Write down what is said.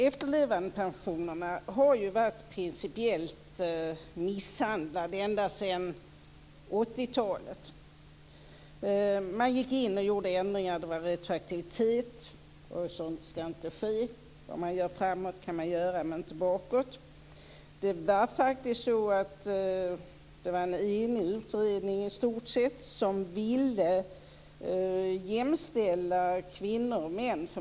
Efterlevandepensionerna har varit principiellt misshandlade ända sedan 80-talet. Man gick in och gjorde ändringar med retroaktivitet. Sådant skall inte ske. Det man gör framåt kan man göra, men inte bakåt. Det var en i stort sett enig utredning som ville jämställa kvinnor och män.